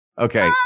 Okay